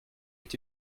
est